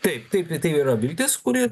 taip taip tai yra viltis kuri